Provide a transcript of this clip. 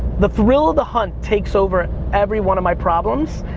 the thrill of the hunt takes over every one of my problems,